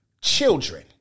children